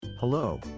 Hello